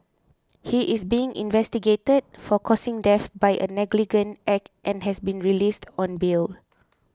he is being investigated for causing death by a negligent act and has been released on bail